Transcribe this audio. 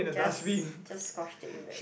just just scotch tape it back